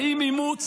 האם אימוץ